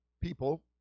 people